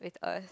it's us